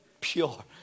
pure